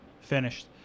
finished